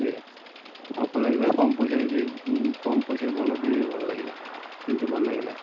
ଆଜ୍ଞା ଅଫର୍ ଲାଗିଥିଲା କମ୍ ପଇସାରେ ବି କମ୍ ପଇସାରେ ଭଲ ବି ଭଲ ଲାଗିଲା ପିନ୍ଧି ଭଲ ଲାଗିଲା